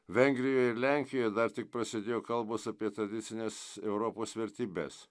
vengrijoje ir lenkijoje dar tik prasidėjo kalbos apie tradicines europos vertybes